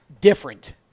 different